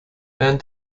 während